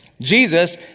Jesus